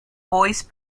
voice